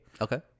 Okay